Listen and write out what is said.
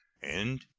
and,